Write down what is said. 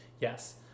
Yes